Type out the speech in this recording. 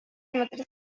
المدرسة